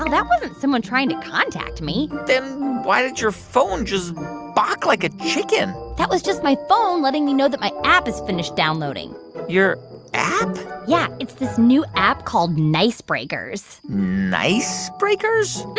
and that wasn't someone trying to contact me then why did your phone just bock like a chicken? that was just my phone letting me know that my app is finished downloading your app? yeah, it's this new app called nice breakers nice breakers?